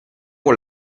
con